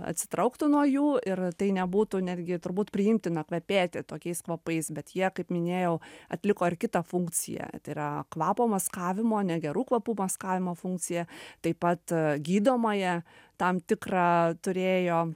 atsitrauktų nuo jų ir tai nebūtų netgi turbūt priimtina kvepėti tokiais kvapais bet jie kaip minėjau atliko ir kitą funkciją tai yra kvapo maskavimo negerų kvapų maskavimo funkciją taip pat gydomąją tam tikrą turėjo